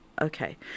Okay